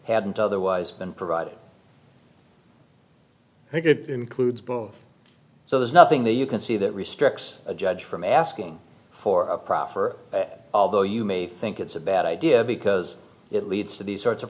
hadn't otherwise been provided i think it includes both so there's nothing that you can see that restricts a judge from asking for a proffer although you may think it's a bad idea because it leads to these sorts of